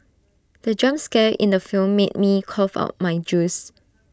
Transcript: the jump scare in the film made me cough out my juice